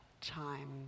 time